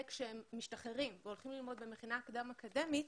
זה כשהם משתחררים והולכים ללמוד במכינה קדם אקדמאית.